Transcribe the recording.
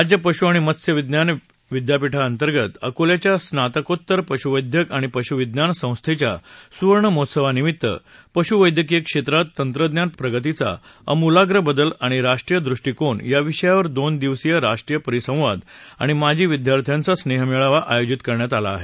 राज्य पशु आणि मत्स्य विज्ञान विद्यापीठाअंतर्गत अकोल्याच्या स्नातकोत्तर पशुवैद्यक आणि पशुविज्ञान संस्थेच्या सुवर्णमहोत्सवानिमित्त पशु वैद्यकीय क्षेत्रात तंत्रज्ञान प्रगतीचा आमूलाग्र बदल आणि राष्ट्रीय दृष्टिकोन या विषयावर दोन दिवसीय राष्ट्रीय परिसंवाद आणि माजी विद्यार्थ्यांचा स्नेहमेळावा आयोजित करण्यात आला आहे